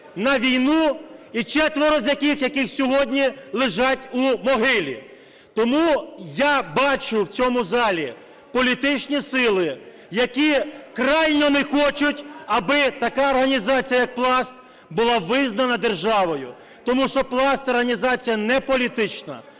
на війну і четверо з яких сьогодні лежать у могилі. Тому я бачу в цьому залі політичні сили, які крайно не хочуть, аби така організація, як Пласт, була визнана державою. Тому що Пласт - організація не політична,